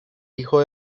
hijo